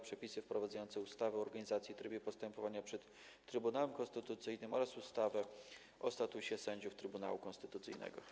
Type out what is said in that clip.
Przepisy wprowadzające ustawę o organizacji i trybie postępowania przed Trybunałem Konstytucyjnym oraz ustawę o statusie sędziów Trybunału Konstytucyjnego.